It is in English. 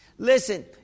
Listen